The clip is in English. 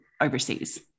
overseas